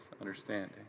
understanding